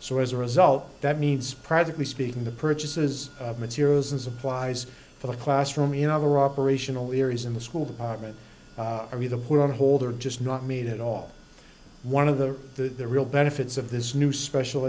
so as a result that means presently speaking the purchases of materials and supplies for the classroom in other operational areas in the school department are either put on hold or just not made at all one of the real benefits of this new special